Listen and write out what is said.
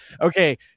okay